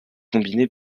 combinées